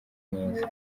neza